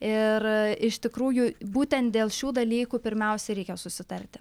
ir iš tikrųjų būtent dėl šių dalykų pirmiausia reikia susitarti